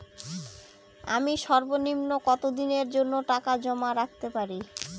আমি সর্বনিম্ন কতদিনের জন্য টাকা জমা রাখতে পারি?